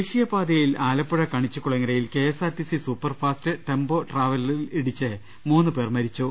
ദേശീയപാതയിൽ ആലപ്പുഴ കണിച്ചുകുളങ്ങരയിൽ KS RTC superfast tempo ട്രാവലറിൽ ഇടിച്ച് മൂന്ന് പേർ മരി ച്ചു